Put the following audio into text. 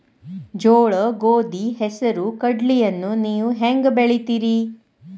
ಜೋಳ, ಗೋಧಿ, ಹೆಸರು, ಕಡ್ಲಿಯನ್ನ ನೇವು ಹೆಂಗ್ ಬೆಳಿತಿರಿ?